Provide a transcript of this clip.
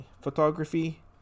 photography